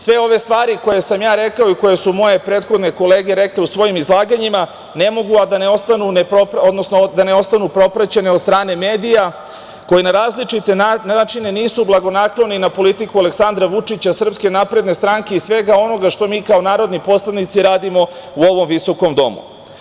Sve ove stvari koje sam ja rekao i koje su moje prethodne kolege rekle u svojom izlaganjima ne mogu a da ne ostanu propraćene od strane medija koji na različite načine nisu blagonakloni na politiku Aleksandra Vučića, SNS i svega onoga što mi kao narodni poslanici radimo u ovom visokom domu.